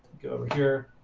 go over here.